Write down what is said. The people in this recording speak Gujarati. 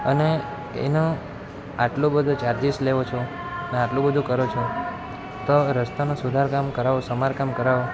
અને એનું આટલું બધું ચાર્જીસ લ્યો છો અને આટલું બધું કરો છો તો રસ્તાનું સુધારાકામ કરાવો સમારકામ કરાવો